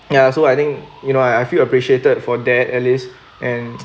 ya so I think you know I I feel appreciated for that at least and